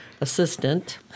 assistant